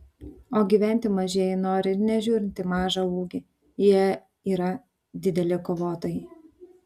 o gyventi mažieji nori ir nežiūrint į mažą ūgį jie yra dideli kovotojai